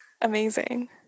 Amazing